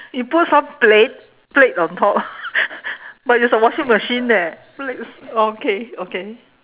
you put some plate plate on top but it's a washing machine eh plates okay okay